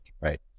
right